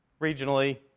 regionally